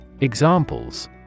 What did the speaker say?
Examples